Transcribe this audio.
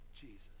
Jesus